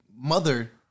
mother